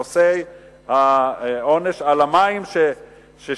נושא העונש על המים ששילמנו,